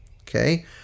okay